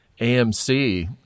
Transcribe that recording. AMC